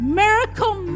miracle